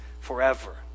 forever